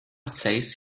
says